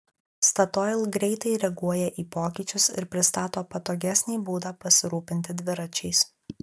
statoil greitai reaguoja į pokyčius ir pristato patogesnį būdą pasirūpinti dviračiais